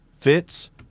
Fitz